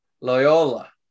Loyola